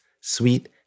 sweet